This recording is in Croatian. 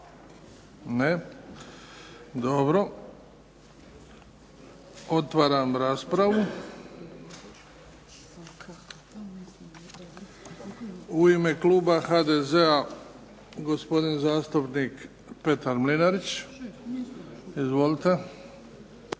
Ne. Dobro. Otvaram raspravu. U ime kluba HDZ-a gospodin zastupnik Petar Mlinarić. Izvolite.